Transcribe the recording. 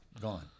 gone